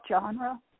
genre